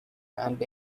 and